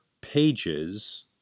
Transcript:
pages